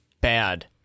bad